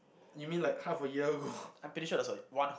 you mean like half a year ago